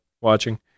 watching